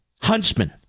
Huntsman